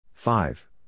Five